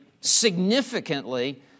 significantly